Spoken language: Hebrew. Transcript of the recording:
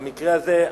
במקרה הזה,